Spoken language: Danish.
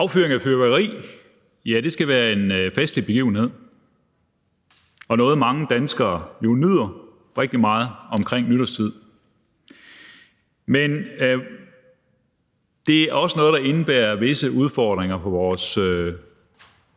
Affyring af fyrværkeri – ja, det skal være en festlig begivenhed og noget, som mange danskere nyder rigtig meget omkring nytårstid. Men det er også noget, der indebærer visse udfordringer for vores